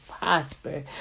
prosper